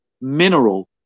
mineral